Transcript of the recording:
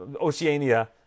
Oceania